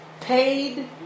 paid